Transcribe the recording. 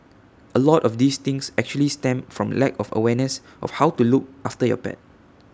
A lot of these things actually stem from lack of awareness of how to look after your pet